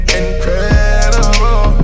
incredible